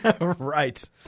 Right